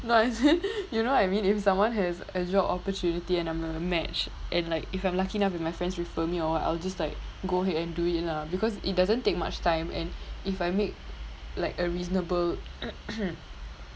no as in you know what I mean if someone has a job opportunity and I'm a match and like if I'm lucky enough with my friends refer me or I will just like go ahead and do it lah because it doesn't take much time and if I make like a reasonable